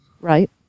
Right